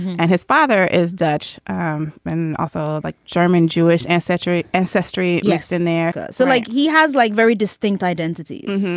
and his father is dutch ah um and also like german. jewish ancestry. ancestry. yes. in america so like, he has like very distinct identities.